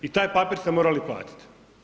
I taj papir ste morali platiti.